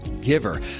giver